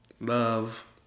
love